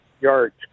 Yards